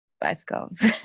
Bicycles